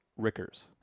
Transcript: Rickers